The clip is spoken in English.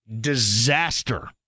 disaster